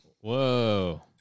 Whoa